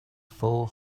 four